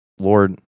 Lord